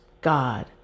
God